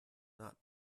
not